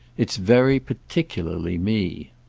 it's very particularly me.